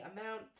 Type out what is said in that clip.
amount